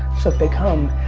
so if they come,